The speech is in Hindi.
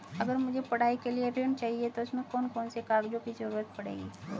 अगर मुझे पढ़ाई के लिए ऋण चाहिए तो उसमें कौन कौन से कागजों की जरूरत पड़ेगी?